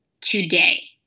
today